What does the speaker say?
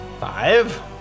Five